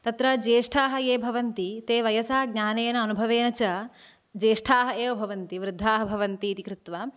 तत्र ज्येष्ठाः ये भवन्ति ते वयसा ज्ञानेन अनुभवेन च ज्येष्ठाः एव भवन्ति बृद्धाः भवन्ति इति कृत्वा